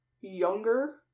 younger